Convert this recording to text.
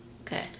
Okay